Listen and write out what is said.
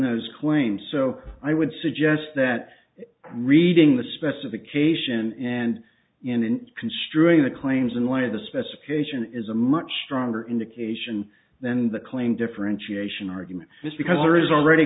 those claims so i would suggest that reading the specification and in construing the claims in one of the specifications is a much stronger indication than the claim differentiation argument is because there is already